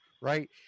right